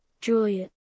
Juliet